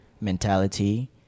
mentality